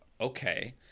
Okay